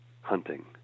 hunting